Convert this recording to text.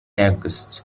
august